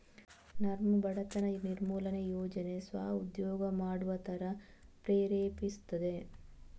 ನರ್ಮ್ ಬಡತನ ನಿರ್ಮೂಲನೆ ಯೋಜನೆ ಸ್ವ ಉದ್ಯೋಗ ಮಾಡುವ ತರ ಪ್ರೇರೇಪಿಸ್ತದೆ